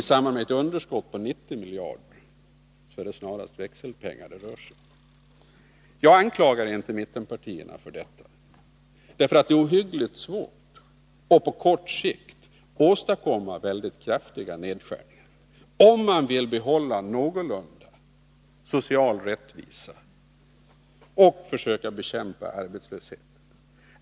I samband med ett underskott på 90 miljarder är det snarast växelpengar det rör sig om. Jag anklagar inte mittenpartierna för detta. Det är ohyggligt svårt att på kort sikt åstadkomma väldigt kraftiga nedskärningar, om man vill behålla någorlunda social rättvisa och försöka bekämpa arbetslösheten.